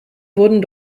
wurden